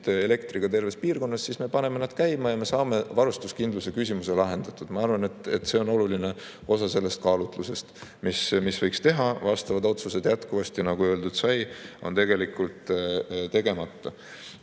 defitsiit terves piirkonnas, siis me paneme need käima ja saame varustuskindluse küsimuse lahendatud. Ma arvan, et see on oluline osa sellest kaalutlusest, mida võiks teha. Vastavad otsused jätkuvasti, nagu öeldud sai, on tegelikult tegemata.